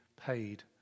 paid